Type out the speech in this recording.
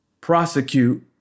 prosecute